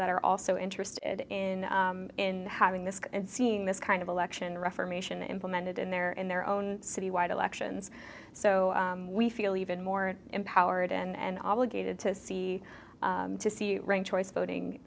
that are also interested in in having this and seeing this kind of election reformation implemented in their in their own citywide elections so we feel even more empowered and obligated to see to see choice voting